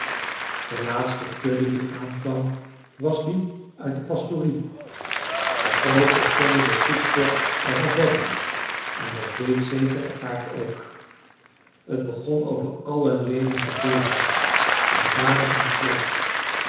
de laatste kudde die aankwam was die uit de pastorie de proost herkende de koeklok al van verre en dat deed zeker het paard ook t begon over alle leden te beven en baadde in t zweet